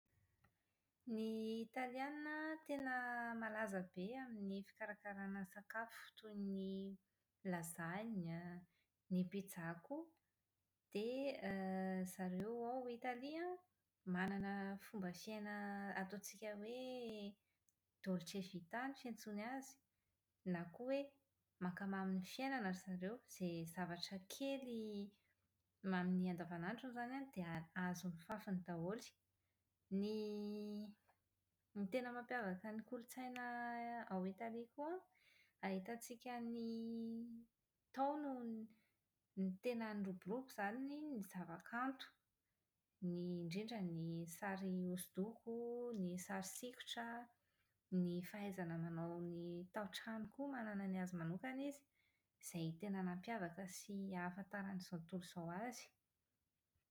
Ny italiana tena malaza be amin'ny fikarakaràna sakafo toy ny "lasagne", ny pizza koa. Dia zareo ao Italia an, manana fomba fiaina ataontsika hoe "dolce vita" no fiantsoany azy, na koa hoe mankamamy ny fiainana ry zareo. Izay zavatra kely amin'ny andavanandrony izany an, dia ahazoany fafiny daholo. Ny ny tena mampiavaka ny kolotsaina ao Italia koa an, ahitantsika ny tao no no tena niroborobo izany ny zavakanto, indrindra ny sary hosodoko, ny sary sikotra, ny fahaizana manao ny taotrano koa manana ny azy manokana izy, izay tena nampiavaka sy ahafantaran'izao tontolo izao azy.